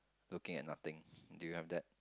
looking at nothing do you have that